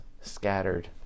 scattered